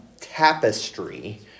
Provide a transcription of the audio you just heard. tapestry